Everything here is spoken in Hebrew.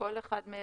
כל אחד מאלה,